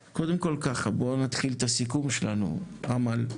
בוא נתחיל את הסיכום שלנו אמל.